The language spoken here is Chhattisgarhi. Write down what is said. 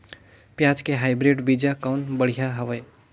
पियाज के हाईब्रिड बीजा कौन बढ़िया हवय?